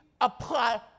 apply